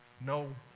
No